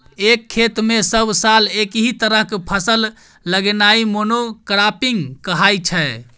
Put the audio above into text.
एक खेत मे सब साल एकहि तरहक फसल लगेनाइ मोनो क्राँपिंग कहाइ छै